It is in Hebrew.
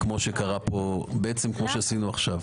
-- כמו שקרה פה, בעצם כמו שעשינו עכשיו.